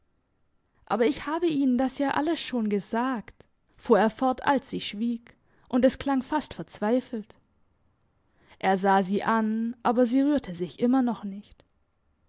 aber ich habe ihnen das ja alles schon gesagt fuhr er fort als sie schwieg und es klang fast verzweifelt er sah sie an aber sie rührte sich immer noch nicht